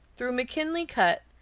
through mckinley cut,